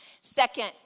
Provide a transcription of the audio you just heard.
Second